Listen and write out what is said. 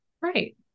Right